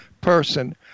person